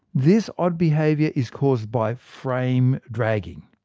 this odd behaviour is caused by frame dragging.